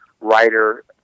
writer